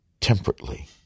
temperately